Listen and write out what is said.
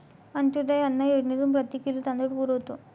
अंत्योदय अन्न योजनेतून प्रति किलो तांदूळ पुरवतो